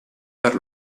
per